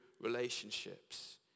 relationships